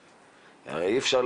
גם במוכר שאינו רשמי וגם בחינוך הרשמי.